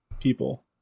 people